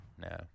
no